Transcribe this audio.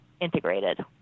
integrated